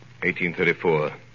1834